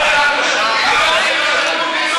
איך אתם יושבים פה בכלל?